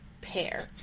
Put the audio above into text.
pair